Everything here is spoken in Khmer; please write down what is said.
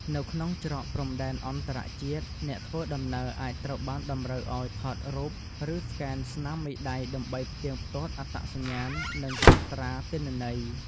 នៅក្នុងច្រកព្រំដែនអន្តរជាតិអ្នកធ្វើដំណើរអាចត្រូវបានតម្រូវឱ្យថតរូបនិងស្កេនស្នាមមេដៃដើម្បីផ្ទៀងផ្ទាត់អត្តសញ្ញាណនិងកត់ត្រាទិន្នន័យ។